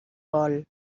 vol